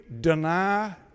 deny